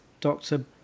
Doctor